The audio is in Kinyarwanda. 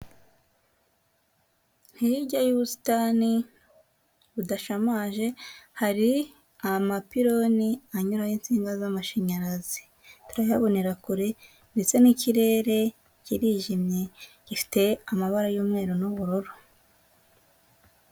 Hirya y'ubusitani budashamaje, hari amapironi anyuraho insinga z'amashanyarazi, turayabonera kure ndetse n'ikirere kirijimye gifite amabara y'umweru n'ubururu.